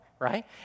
right